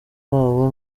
babo